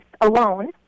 alone